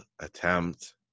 attempt